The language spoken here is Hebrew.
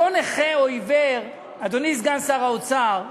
אותו נכה או עיוור, אדוני סגן שר האוצר,